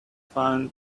found